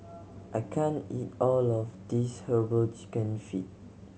I can't eat all of this Herbal Chicken Feet